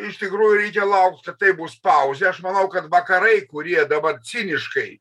iš tikrųjų reikia laukt kad tai bus pauzė aš manau kad vakarai kurie dabar ciniškai